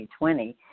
2020